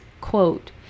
Quote